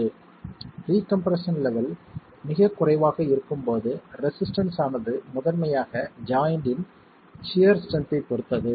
pre compression level மிகக் குறைவாக இருக்கும்போது ரெசிஸ்டன்ஸ் ஆனது முதன்மையாக ஜாய்ண்ட்டின் சியர் ஸ்ட்ரென்த்தைப் பொறுத்தது